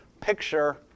picture